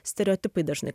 stereotipai dažnai